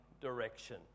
direction